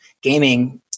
gaming